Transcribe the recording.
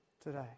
today